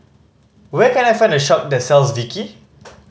where can I find a shop that sells Vichy